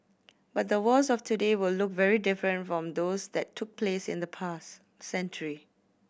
but the wars of today will look very different from those that took place in the past century